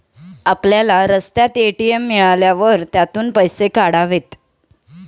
आपल्याला रस्त्यात ए.टी.एम मिळाल्यावर त्यातून पैसे काढावेत